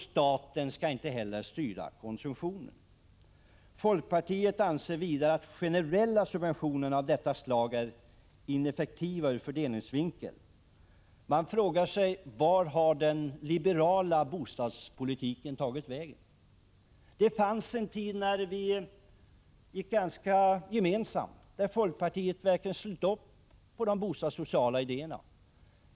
Staten skall inte heller styra konsumtionen. Folkpartiet anser vidare att generella subventioner av detta slag är ineffektiva ur fördelningssynvinkel. Man frågar sig: Vart har den liberala bostadspolitiken tagit vägen? Det fanns en tid då vi var ganska överens och folkpartiet slöt upp kring de bostadssociala idéerna.